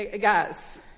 guys